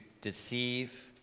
deceive